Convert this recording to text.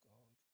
God